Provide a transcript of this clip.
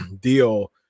deal